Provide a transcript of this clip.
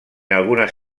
algunas